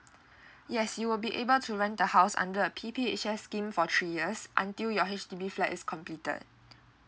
yes you will be able to rent the house under the P_P_H_S scheme for three years until your H_D_B flat is completed